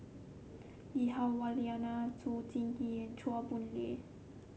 Lee Hah Wah Elena Zhou Ying Chua Boon Lay